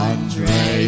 Andre